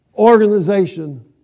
organization